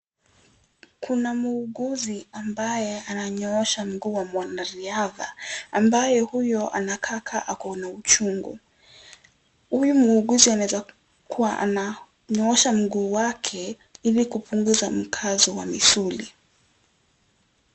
Kuna muuguzi ambaye ananyoosha mguu wa mwanariadha, ambayo huyo anakaa ka ako na uchungu. Huyu muuguzi anaweza kuwa ananyoosha mguu wake, ili kupunguza mkazo wa misuli.